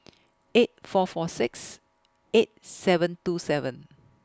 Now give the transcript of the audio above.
eight four four six eight seven two seven